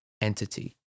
entity